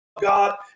God